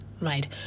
right